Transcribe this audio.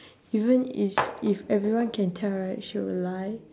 even is if everyone can tell right she will lie